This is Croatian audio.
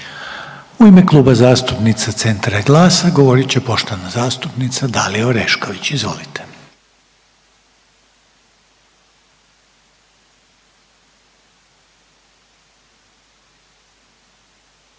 U ime Kluba zastupnica Centra i GLAS-a govorit će poštovana zastupnica Dalija Orešković. Izvolite.